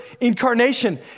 incarnation